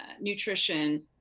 nutrition